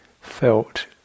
felt